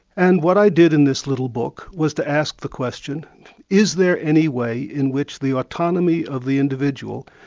and what i did in this little book was to ask the question is there any way in which the autonomy of the individual,